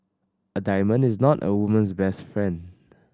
a diamond is not a woman's best friend